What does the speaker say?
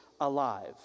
alive